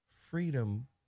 freedom